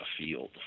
afield